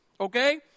okay